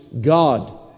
God